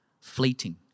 fleeting